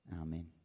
Amen